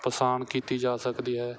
ਪਛਾਣ ਕੀਤੀ ਜਾ ਸਕਦੀ ਹੈ